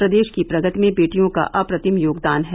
प्रदेश की प्रगति में बेटियों का अप्रतिम योगदान है